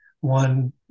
one